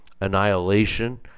annihilation